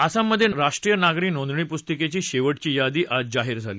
आसाम मध्ये राष्ट्रीय नागरी नोंदणी पुस्तकेची शेवटची यादी आज जाहीर झाली